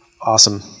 Awesome